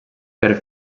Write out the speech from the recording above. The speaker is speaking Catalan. per